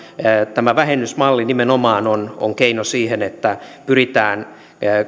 tämä vähennysmalli nimenomaan on on keino siihen että pyritään